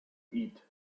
eat